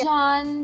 John